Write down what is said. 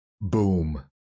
Boom